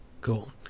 Cool